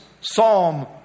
Psalm